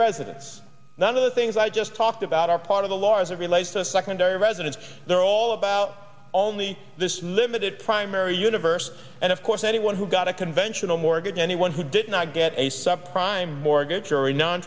residence the other things i just talked about are part of the larger relates to secondary residence they're all about only this limited primary universe and of course anyone who got a conventional mortgage anyone who did not get a sub prime mortgage or a non